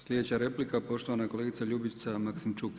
Sljedeća replika poštovana kolegica Ljubica Maksičuk.